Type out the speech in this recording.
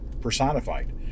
personified